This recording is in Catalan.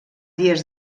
dies